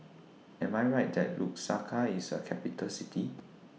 Am I Right that Lusaka IS A Capital City